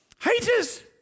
haters